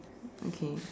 okay